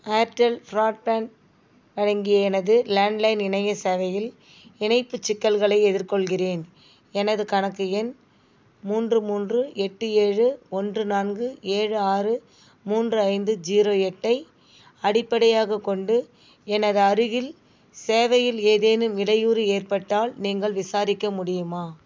Airtel broadband வழங்கிய எனது landline இணைய சேவையில் இணைப்புச் சிக்கல்களை எதிர்கொள்கிறேன் எனது கணக்கு எண் மூன்று மூன்று எட்டு ஏழு ஒன்று நான்கு ஏழு ஆறு மூன்று ஐந்து ஜீரோ எட்டை அடிப்படையாகக் கொண்டு எனது அருகில் சேவையில் ஏதேனும் இடையூறு ஏற்பட்டால் நீங்கள் விசாரிக்க முடியுமா